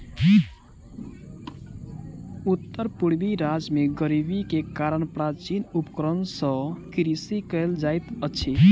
उत्तर पूर्वी राज्य में गरीबी के कारण प्राचीन उपकरण सॅ कृषि कयल जाइत अछि